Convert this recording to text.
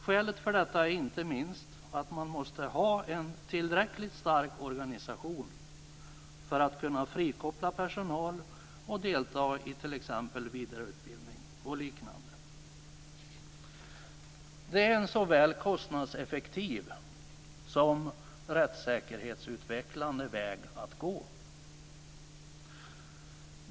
Skälet för detta är inte minst att man måste ha en tillräckligt stark organisation för att kunna frikoppla personal för att delta i vidareutbildning och liknande. Det är en såväl kostnadseffektiv som rättssäkerhetsutvecklande väg att gå.